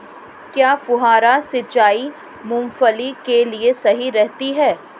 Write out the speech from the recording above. क्या फुहारा सिंचाई मूंगफली के लिए सही रहती है?